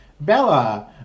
Bella